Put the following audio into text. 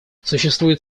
существует